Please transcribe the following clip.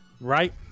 right